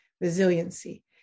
resiliency